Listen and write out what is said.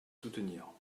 soutenir